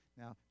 Now